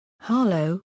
Harlow